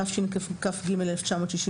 התשכ"ג-1963.